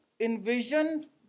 envision